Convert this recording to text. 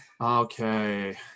Okay